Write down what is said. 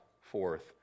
forth